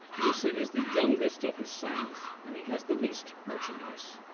musa is the youngest of his sons, and he has the least merchandise.